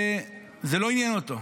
זה לא עניין אותו,